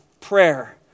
prayer